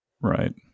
right